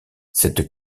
cette